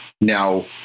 now